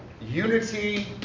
unity